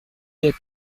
lès